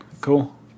cool